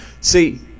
See